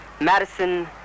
Madison